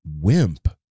wimp